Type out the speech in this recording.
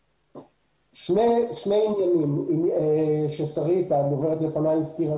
שני עניינים ששרית גולן הדוברת לפני הזכירה